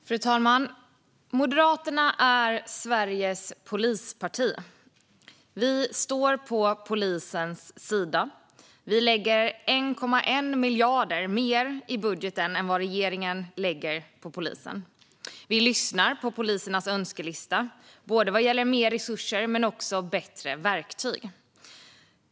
Fru talman! Moderaterna är Sveriges polisparti. Vi står på polisens sida. Vi lägger 1,1 miljard mer i budgeten än vad regeringen lägger på polisen. Vi lyssnar på polisernas önskelista både vad gäller mer resurser och vad gäller bättre verktyg.